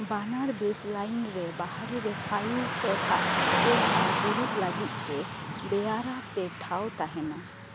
ᱵᱟᱱᱟᱨ ᱵᱮᱥᱞᱟᱭᱤᱱ ᱨᱮ ᱵᱟᱨᱦᱮ ᱨᱮᱯᱷᱟᱭᱩᱞ ᱴᱚᱰᱷᱟ ᱠᱳᱪ ᱟᱜ ᱫᱩᱨᱩᱵᱽ ᱞᱟᱹᱜᱤᱫᱽ ᱛᱮ ᱵᱮᱭᱟᱨᱟ ᱛᱮ ᱴᱷᱟᱶ ᱛᱟᱦᱮᱸᱱᱟ